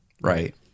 Right